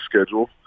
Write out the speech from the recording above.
schedule